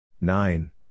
Nine